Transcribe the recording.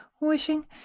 wishing